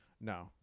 No